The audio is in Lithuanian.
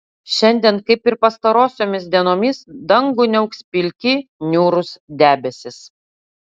šiandien kaip ir pastarosiomis dienomis dangų niauks pilki niūrūs debesys